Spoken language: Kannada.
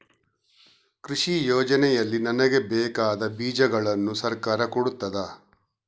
ಕೃಷಿ ಯೋಜನೆಯಲ್ಲಿ ನನಗೆ ಬೇಕಾದ ಬೀಜಗಳನ್ನು ಸರಕಾರ ಕೊಡುತ್ತದಾ?